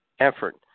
effort